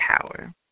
power